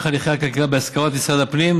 החקיקה בהסכמת משרד הפנים.